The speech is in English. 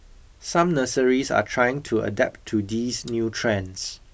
some nurseries are trying to adapt to these new trends